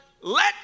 let